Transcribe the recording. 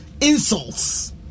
insults